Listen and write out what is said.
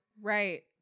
Right